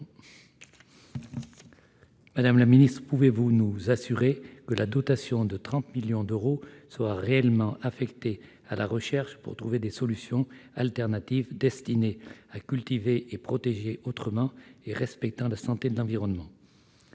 Madame la ministre, pouvez-vous nous assurer que la dotation de 30 millions d'euros sera réellement affectée à la recherche pour trouver des solutions alternatives, destinées à cultiver et à protéger les cultures autrement, et respectueuses de la santé et de l'environnement ?